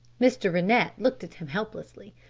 mr. rennett looked at him helplessly.